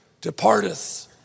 departeth